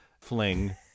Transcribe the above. fling